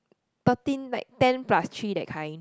thirteen like ten plus three that kind